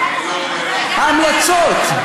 ההמלצות.